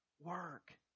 work